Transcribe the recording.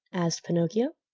asked pinocchio.